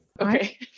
Okay